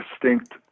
distinct